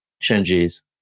changes